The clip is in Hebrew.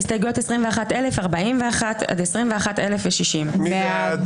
21,101 עד 21,120. מי בעד?